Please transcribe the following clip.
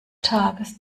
tages